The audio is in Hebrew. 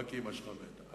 רק אמא שלך מתה.